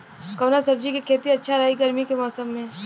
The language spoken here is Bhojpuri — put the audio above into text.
कवना सब्जी के खेती अच्छा रही गर्मी के मौसम में?